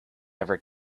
ever